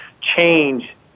change